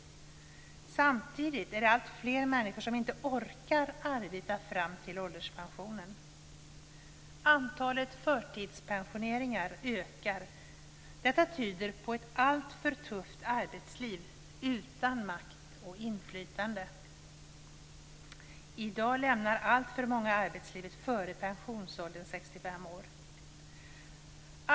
Men samtidigt blir det alltfler människor som inte orkar arbeta fram till ålderspensionen. Antalet förtidspensioneringar ökar. Detta tyder på ett alltför tufft arbetsliv, utan makt och inflytande. I dag lämnar alltför många arbetslivet före pensionsåldern 65 år.